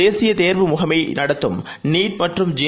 தேசியதேர்வு முகமைநடத்தும் நீட் மற்றும் ஜெ